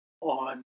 on